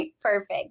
perfect